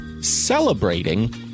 celebrating